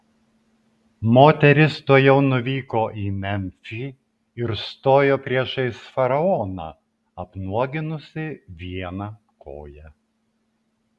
moteris tuojau nuvyko į memfį ir stojo priešais faraoną apnuoginusi vieną koją